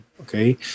okay